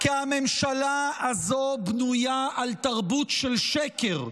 כי הממשלה הזו בנויה על תרבות של שקר.